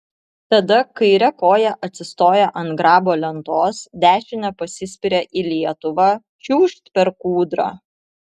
tada kaire koja atsistoja ant grabo lentos dešine pasispiria į lietuvą čiūžt per kūdrą